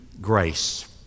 grace